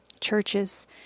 churches